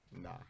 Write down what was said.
Nah